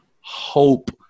hope